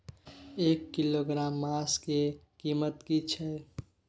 एक किलोग्राम मांस के कीमत की छै?